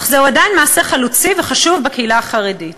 אך זהו עדיין מעשה חלוצי וחשוב בקהילה החרדית.